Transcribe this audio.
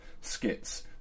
skits